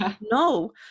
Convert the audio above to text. No